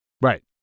Right